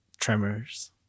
tremors